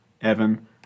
Evan